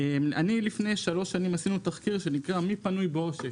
לפני שלוש שנים עשינו תחקיר שנקרא: מי פנוי בעושק?